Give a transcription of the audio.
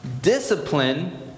Discipline